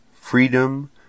freedom